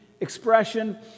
expression